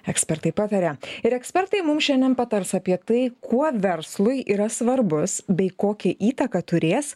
ekspertai pataria ir ekspertai mum šiandien patars apie tai kuo verslui yra svarbus bei kokią įtaką turės